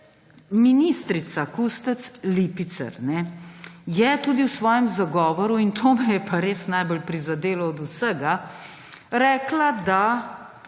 Ministrica Kustec Lipicer je tudi v svojem zagovoru – in to me je pa res najbolj od vsega prizadelo – rekla, da